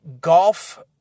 Golf